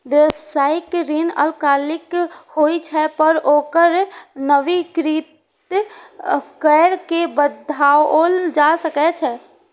व्यावसायिक ऋण अल्पकालिक होइ छै, पर ओकरा नवीनीकृत कैर के बढ़ाओल जा सकै छै